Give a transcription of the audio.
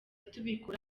tubikora